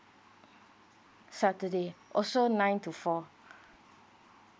saturday also nine two four